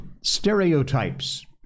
stereotypes